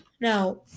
Now